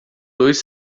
dois